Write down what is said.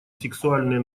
сексуальное